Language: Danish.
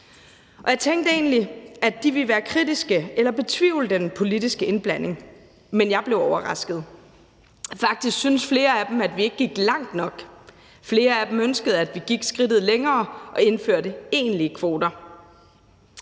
jeg tænkte egentlig, at de ville være kritiske eller betvivle den politiske indblanding, men jeg blev overrasket. Faktisk syntes flere af dem, at vi ikke gik langt nok. Flere af dem ønskede, at vi gik skridtet længere og indførte egentlige kvoter.